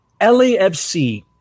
LAFC